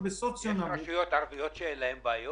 אני טוען שהוא מתוכנן.